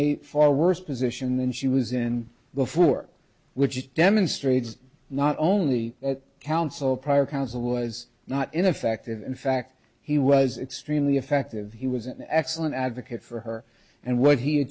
a far worse position than she was in before which demonstrates not only that counsel prior counsel was not in effect of in fact he was extremely effective he was an excellent advocate for her and what he a